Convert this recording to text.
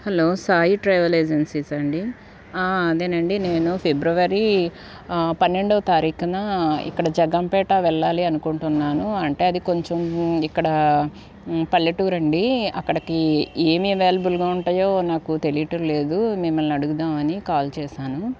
hello Sai travel agencies సా అండి నేను ఫిబ్రవరి పన్నెండవ తారీఖున ఇక్కడ జగంపేట వెళ్ళాలి అనుకుంటున్నాను అంటే అది కొంచెం ఇక్కడ పల్లెటూరు అండి అక్కడికి ఏమీ అవైలబుల్గా ఉంటాయో నాకు తెలియటం లేదు మిమ్మల్ని అడుగుదామని కాల్ చేశాను